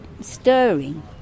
stirring